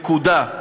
נקודה.